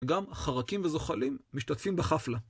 גם חרקים וזוחלים משתתפים בחאפלה.